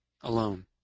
alone